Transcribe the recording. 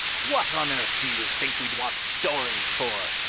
what on earth do you think we'd want stories for!